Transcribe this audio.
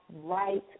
right